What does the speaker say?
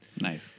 Nice